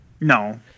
No